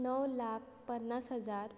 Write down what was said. णव लाख पन्नास हजार